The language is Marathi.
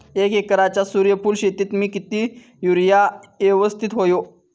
एक एकरच्या सूर्यफुल शेतीत मी किती युरिया यवस्तित व्हयो?